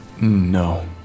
No